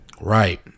right